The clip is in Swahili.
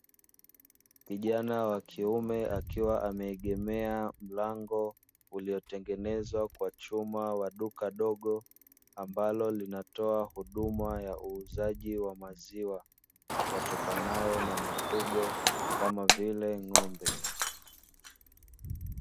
Kijana wa kiume, akiwa ameegemea mlango uliotengenezwa kwa chuma, wa duka dogo ambalo linatoa huduma ya uuzaji wa maziwa yatokanayo na mifugo, kama vile ng'ombe.